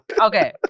Okay